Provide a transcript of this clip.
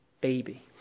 baby